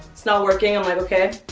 it's not working. i'm like okay,